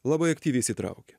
labai aktyviai įsitraukia